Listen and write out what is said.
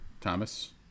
Thomas